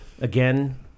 again